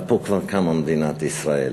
אבל פה כבר קמה מדינת ישראל,